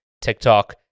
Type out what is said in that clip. tiktok